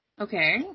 Okay